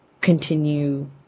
continue